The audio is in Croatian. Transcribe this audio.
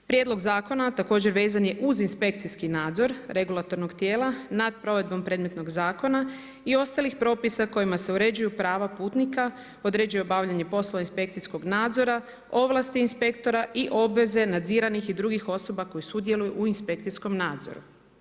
Prijedlog zakona također vezan je uz inspekcijski nadzor regulatornog tijela nad provedbom predmetnog zakona i ostalih propisa kojima se uređuju prava putnika određuje obavljanje poslova inspekcijskog nadzora, ovlasti inspektora i obveze nadziranih i drugih osoba koje sudjeluju inspekcijskom nadzoru.